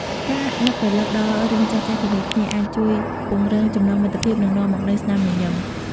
ការនឹករលឹកដល់រឿងចាស់ៗជាមួយគ្នា អាចជួយពង្រឹងចំណងមិត្តភាព និងនាំមកនូវស្នាមញញឹម។